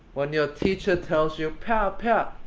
when your teacher tells you, pow, pow!